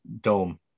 dome